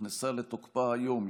שנכנסה לתוקפה היום,